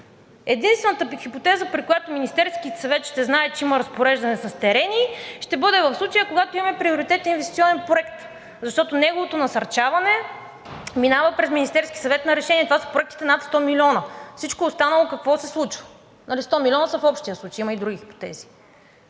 Единствената хипотеза, при която Министерският съвет ще знае, че има разпореждане с терени, ще бъде в случая, когато имаме приоритетен инвестиционен проект, защото неговото насърчаване минава през Министерския съвет – решение. Това са проектите над 100 милиона. С всичко останало какво се случва?! Сто милиона са в общия случай, има и други хипотези.